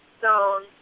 zone